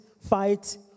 fight